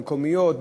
המקומיות,